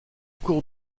cours